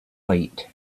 light